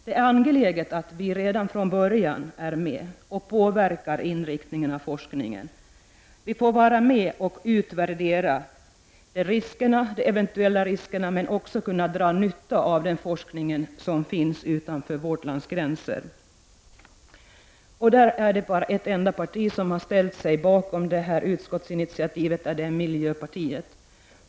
Det är angeläget att vi är med redan från början och påverkar inriktningen av forskningen, att vi får vara med och utvärdera de eventuella riskerna, men också dra nytta av den forskning som förekommer utanför vårt lands gränser. Det är bara ett enda parti som har ställt sig bakom detta utskottsinitiativ, nämligen miljöpartiet.